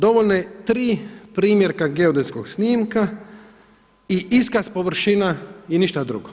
Dovoljno je tri primjerka geodetskog snimka i iskaz površina i ništa drugo.